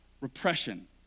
repression